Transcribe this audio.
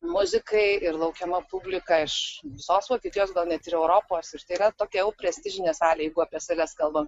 muzikai ir laukiama publika iš visos vokietijos gal net ir europos ir tai yra tokia jau prestižinė salė jeigu apie sales kalbam